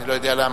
אני לא יודע למה.